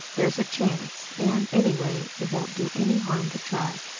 there's a chance. and, anyway, it won't do any harm to try.